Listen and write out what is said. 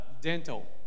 Dental